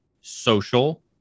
social